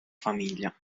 famiglia